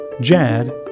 Jad